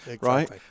right